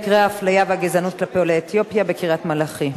מקרי האפליה והגזענות כלפי עולי אתיופיה בקריית-מלאכי,